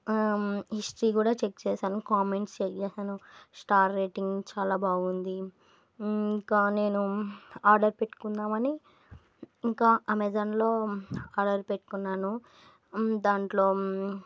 history కూడా check చేశాను comments check చేశాను స్టార్ రేటింగ్ చాలా బాగుంది ఇంకా నేను ఆర్డర్ పెట్టుకుందామని ఇంకా అమెజాన్లో ఆర్డర్ పెట్టుకున్నాను దాంట్లో